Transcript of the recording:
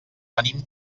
venim